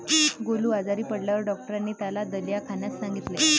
गोलू आजारी पडल्यावर डॉक्टरांनी त्याला दलिया खाण्यास सांगितले